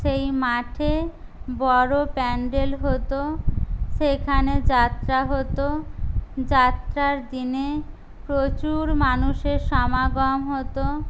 সেই মাঠে বড় প্যান্ডেল হতো সেখানে যাত্রা হতো যাত্রার দিনে প্রচুর মানুষের সমাগম হতো